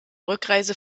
rückreise